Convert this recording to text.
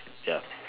ya